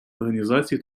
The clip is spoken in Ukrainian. організацій